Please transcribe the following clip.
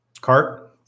cart